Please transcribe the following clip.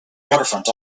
waterfront